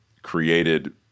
created